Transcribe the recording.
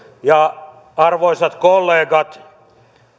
arvoisat kollegat